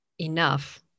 enough